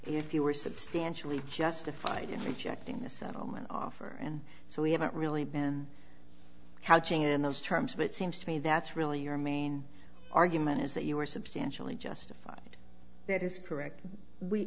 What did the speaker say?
were substantially justified in rejecting the settlement offer and so we haven't really been housing in those terms but it seems to me that's really your main argument is that you were substantially justified that is correct we